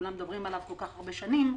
שכולם מדברים עליו כל כך הרבה שנים.